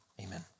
Amen